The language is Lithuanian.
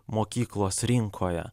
mokyklos rinkoje